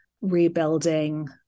rebuilding